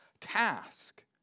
task